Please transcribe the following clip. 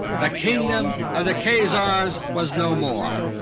the kingdom of the khazars was no more.